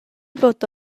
fod